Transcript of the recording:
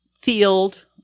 field